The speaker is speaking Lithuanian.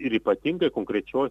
ir ypatingai konkrečios